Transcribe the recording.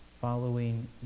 following